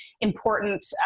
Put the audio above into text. important